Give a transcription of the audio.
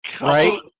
Right